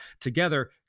together